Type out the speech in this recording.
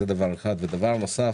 בנוסף,